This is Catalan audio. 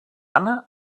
anna